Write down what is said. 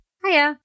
Hiya